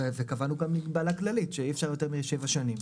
וקבענו גם הגבלה כללית שאי אפשר יותר משבע שנים.